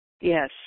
Yes